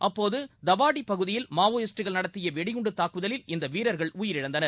அப்போது தவாடி பகுதியில் மாவோயிஸ்டுகள் நடத்திய வெடிகுண்டு தாக்குதலில் இந்த வீரர்கள் உயிரிழந்தனர்